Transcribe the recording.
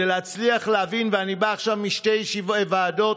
אני בא עכשיו משתי ועדות,